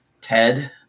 Ted